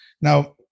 Now